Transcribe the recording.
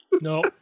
No